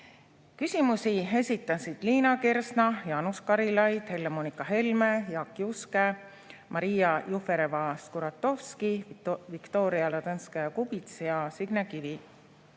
Küsimusi esitasid Liina Kersna, Jaanus Karilaid, Helle-Moonika Helme, Jaak Juske, Maria Jufereva-Skuratovski, Viktoria Ladõnskaja-Kubits ja Signe Kivi.